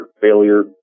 failure